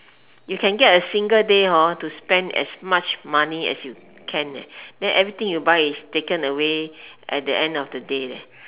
you can get a single day hor to spend as much money as you can ah then everything you buy is taken away at then end of the day leh